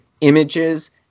images